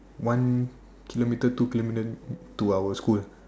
one kilometre two kilometre to our school